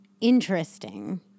interesting